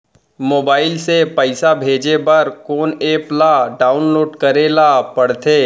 Mobile से पइसा भेजे बर कोन एप ल डाऊनलोड करे ला पड़थे?